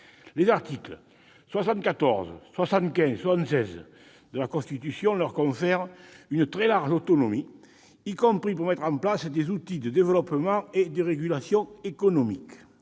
Les articles 74,75 et 76 de la Constitution leur confèrent une très large autonomie, y compris pour mettre en place des outils de développement et de régulation économique.